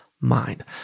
mind